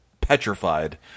petrified